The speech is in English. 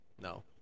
No